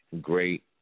great